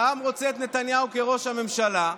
העם רוצה את נתניהו כראש הממשלה,